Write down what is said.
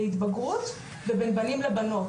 להתבגרות ובין בנים לבנות,